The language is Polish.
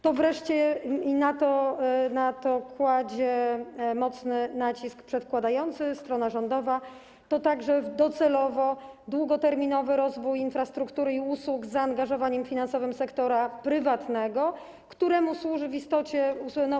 To wreszcie, i na to kładzie mocny nacisk przedkładający, strona rządowa, docelowo długoterminowy rozwój infrastruktury i usług z zaangażowaniem finansowym sektora prywatnego, któremu służy w istocie słynna